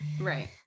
Right